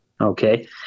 Okay